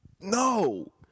no